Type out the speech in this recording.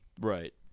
Right